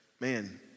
man